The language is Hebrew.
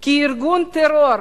כארגון טרור,